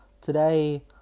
Today